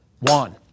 one